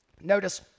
Notice